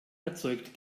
erzeugt